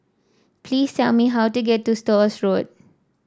please tell me how to get to Stores Road